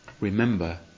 remember